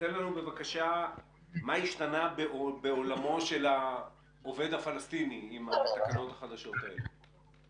מה השתנה בעולמו של העובד הפלסטיני עם התקנות החדשות האלה?